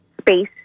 space